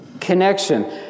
Connection